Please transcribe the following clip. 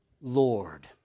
Lord